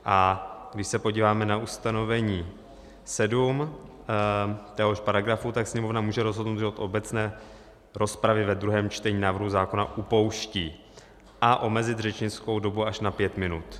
A když se podíváme na ustanovení 7 téhož paragrafu, tak Sněmovna může rozhodnout, že od obecné rozpravy ve druhém čtení návrhu zákona upouští, a omezit řečnickou dobu až na pět minut.